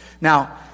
Now